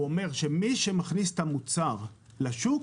הוא אומר שמי שמכניס את המוצר לשוק